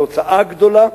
זאת הוצאה גדולה,